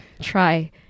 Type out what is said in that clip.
try